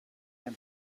can